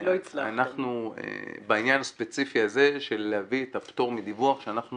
אנחנו בעניין הספציפי הזה של להביא את הפטור מדיווח שאנחנו